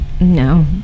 No